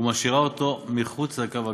ומשאירה אותו מחוץ לקו הכחול.